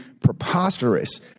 preposterous